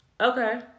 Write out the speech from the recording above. Okay